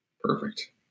Perfect